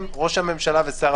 אתה האחרון שיכול לבקש דבר כזה.